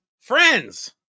friends